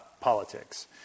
politics